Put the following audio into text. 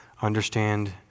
understand